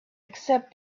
except